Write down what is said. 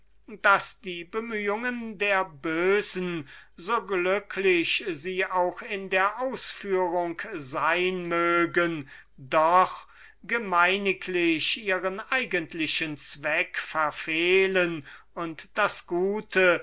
daß die bemühungen der bösen so glücklich sie auch in der ausführung sein mögen doch gemeiniglich ihren eigentlichen zweck verfehlen und das gute